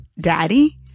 Daddy